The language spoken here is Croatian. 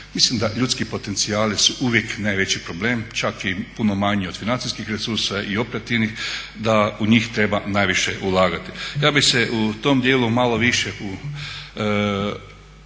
Mislim da ljudski potencijali su uvijek najveći problem, čak i puno manji od financijskih resursa i operativnih, da u njih treba najviše ulagati. Ja bih se u tom dijelu malo više odredio